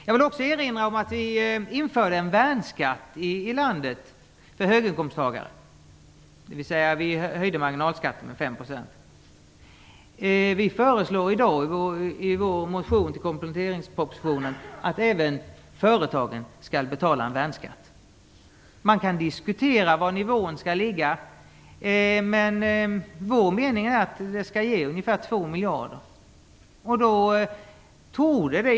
Jag vill också erinra om att vi har infört en värnskatt för höginkomsttagare i vårt land, dvs. vi har höjt marginalskatten med 5 %. Vi föreslår i dag i vår motion med anledning av kompletteringspropositionen att även företagen skall betala en värnskatt. Man kan diskutera nivån, men vår avsikt är att den skall ge ungefär 2 miljarder.